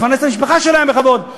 לפרנס את המשפחה שלהם בכבוד.